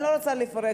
אני לא רוצה לפרט,